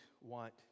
want